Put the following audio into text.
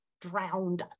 drowned